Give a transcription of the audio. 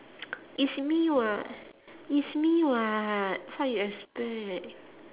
it's me [what] it's me [what] what you expect